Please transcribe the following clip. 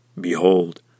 Behold